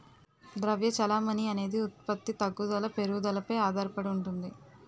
ద్రవ్య చెలామణి అనేది ఉత్పత్తి తగ్గుదల పెరుగుదలపై ఆధారడి ఉంటుంది